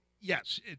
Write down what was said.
yes